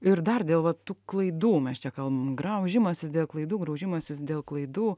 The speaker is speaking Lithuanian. ir dar dėl va tų klaidų mes čia kalbam graužimasis dėl klaidų graužimasis dėl klaidų